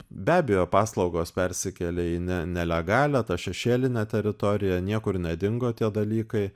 be abejo paslaugos persikėlė į ne nelegalią tą šešėlinę teritoriją niekur nedingo tie dalykai